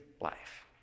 life